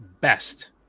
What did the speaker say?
best